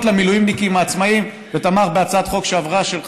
למילואימניקים העצמאיים ותמך בהצעת חוק שעברה בזמנו,